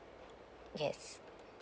yes